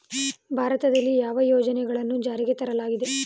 ಭಾರತದಲ್ಲಿ ಯಾವ ಯೋಜನೆಗಳನ್ನು ಜಾರಿಗೆ ತರಲಾಗಿದೆ?